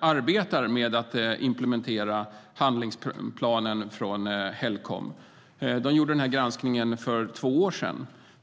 arbetar med att implementera handlingsplanen från Helcom - man gjorde granskningen för två år sedan.